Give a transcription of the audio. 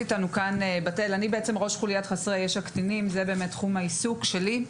אני ראש חוליית חסרי ישע קטינים וזה תחום העיסוק שלי.